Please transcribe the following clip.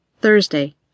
Thursday